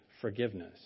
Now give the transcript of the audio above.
forgiveness